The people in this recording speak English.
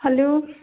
hello